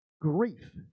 grief